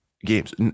games